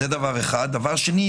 דבר שני,